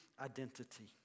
identity